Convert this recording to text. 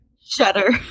Shudder